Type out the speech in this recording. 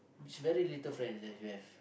very little friends that you have